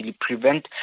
prevent